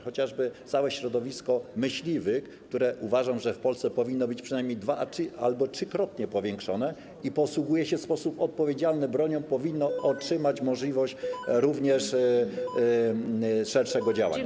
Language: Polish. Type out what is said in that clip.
Chociażby całe środowisko myśliwych - uważam, że w Polsce powinno być przynajmniej dwu- albo trzykrotnie powiększone - które posługuje się w sposób odpowiedzialny bronią, powinno otrzymać możliwość również szerszego działania.